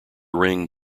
ring